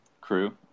crew